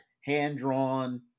hand-drawn